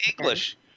English